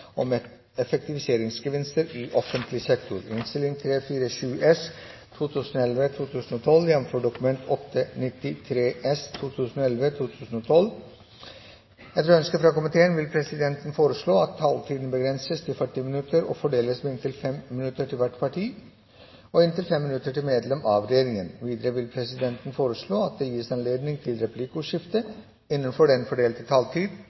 vil presidenten foreslå at taletiden begrenses til 40 minutter og fordeles med inntil 5 minutter til hvert parti og inntil 5 minutter til medlem av regjeringen. Videre vil presidenten foreslå at det gis anledning til replikkordskifte på inntil 3 replikker med svar etter medlem av regjeringen innenfor den fordelte taletid.